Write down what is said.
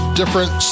different